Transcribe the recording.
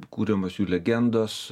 kuriamos jų legendos